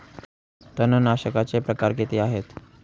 तणनाशकाचे प्रकार किती आहेत?